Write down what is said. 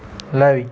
ਲੈ ਵੀ